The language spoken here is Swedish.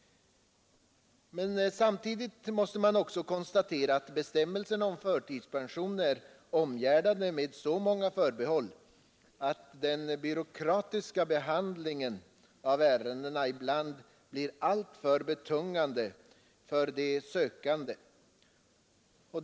Samtidigt måste man också konstatera att bestämmelserna om förtidspension är omgärdade med så många förbehåll att den byråkratiska behandlingen av ärendena ibland blir alltför betungande för de sökande.